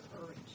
Courage